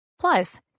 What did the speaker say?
Plus